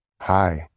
Hi